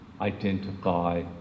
identify